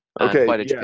okay